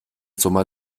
summer